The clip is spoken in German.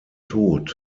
tod